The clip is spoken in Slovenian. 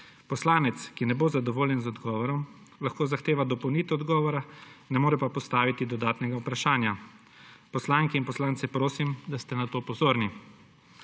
Poslanec, ki ne bo zadovoljen z odgovorom, lahko zahteva dopolnitev odgovora, ne more pa postaviti dodatnega vprašanja. Poslanke in poslance prosim, da ste na to pozorni.